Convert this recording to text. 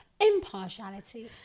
impartiality